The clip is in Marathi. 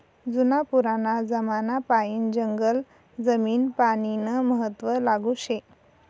जुना पुराना जमानापायीन जंगल जमीन पानीनं महत्व लागू शे